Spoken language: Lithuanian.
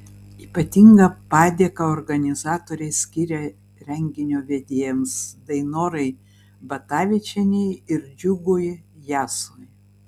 ypatingą padėką organizatoriai skiria renginio vedėjams dainorai batavičienei ir džiugui jasui